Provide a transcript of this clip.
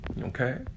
Okay